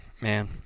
Man